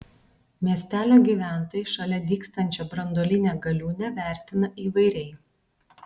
miestelio gyventojai šalia dygstančią branduolinę galiūnę vertina įvairiai